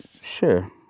Sure